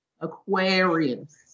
Aquarius